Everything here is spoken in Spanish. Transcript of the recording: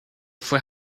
fue